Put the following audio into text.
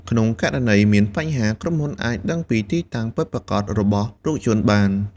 ក្នុងករណីមានបញ្ហា ក្រុមហ៊ុនអាចដឹងពីទីតាំងពិតប្រាកដរបស់រថយន្តបាន។